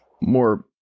more